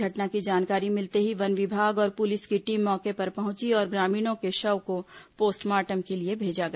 घटना की जानकारी मिलते ही वन विभाग और पुलिस की टीम मौके पर पहुंची और ग्रामीणों के शव को पोस्टपार्टम के लिए भेजा गया